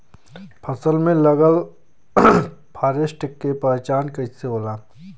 फसल में लगल फारेस्ट के पहचान कइसे होला?